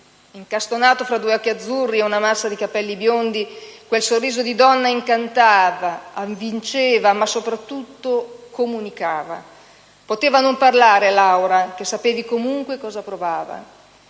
incastonato tra due occhi azzurri e una massa di capelli biondi: quel sorriso di donna incantava, avvinceva, ma soprattutto comunicava. Poteva non parlare, Laura, ma sapevi comunque cosa provava.